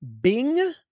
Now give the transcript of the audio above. Bing